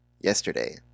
yesterday